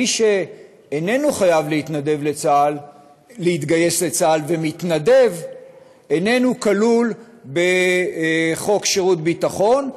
מי שאיננו חייב להתגייס לצה"ל ומתנדב איננו כלול בחוק שירות ביטחון,